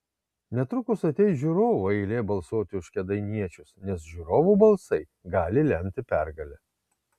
netrukus ateis žiūrovų eilė balsuoti už kėdainiečius nes žiūrovų balsai gali lemti pergalę